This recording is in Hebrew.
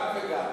גם וגם.